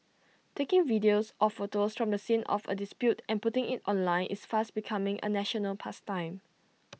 taking videos or photos from the scene of A dispute and putting IT online is fast becoming A national pastime